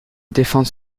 défend